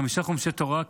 חמישה חומשי תורה,